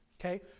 okay